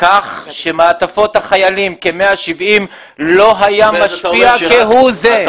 כך שמעטפות החיילים, כ-170, לא היה משפיע כהוא זה.